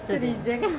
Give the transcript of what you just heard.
so